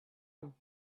him